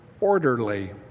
orderly